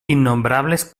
innombrables